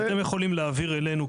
אתם יכולים להעביר אלינו,